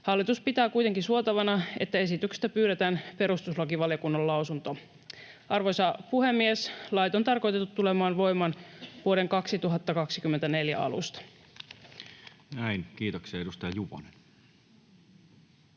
Hallitus pitää kuitenkin suotavana, että esityksestä pyydetään perustuslakivaliokunnan lausunto. Arvoisa puhemies! Lait on tarkoitettu tulemaan voimaan vuoden 2024 alusta. Näin. Kiitoksia. — Edustaja Juvonen.